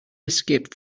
escaped